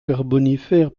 carbonifère